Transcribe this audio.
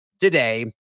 today